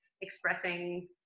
expressing